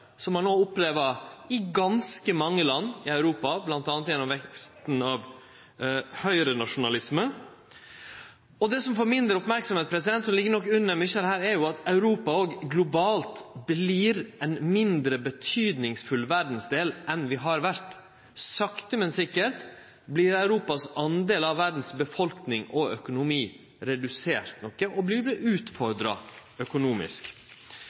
som ein no opplever i ganske mange land i Europa, bl.a. gjennom veksten av høgrenasjonalismen. Det som får mindre merksemd, som nok ligg under mykje av dette, er at Europa òg globalt vert ein mindre betydningsfull verdsdel enn vi har vore. Sakte, men sikkert vert Europas del av verdas befolkning og økonomi redusert noko, og vi vert utfordra økonomisk.